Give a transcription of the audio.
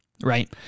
right